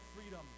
freedom